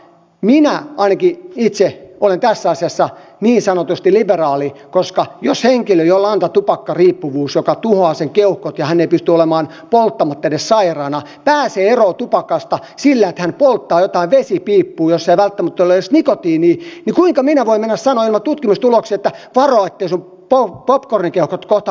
minä ainakin itse olen tässä asiassa niin sanotusti liberaali koska jos henkilö jolla on tämä tupakkariippuvuus joka tuhoaa keuhkot ei pysty olemaan polttamatta edes sairaana ja pääsee eroon tupakasta sillä että hän polttaa jotain vesipiippua jossa ei välttämättä ole edes nikotiinia niin kuinka minä voin mennä sanomaan ilman tutkimustuloksia että varo etteivät sinun popcorn keuhkot kohta hajoa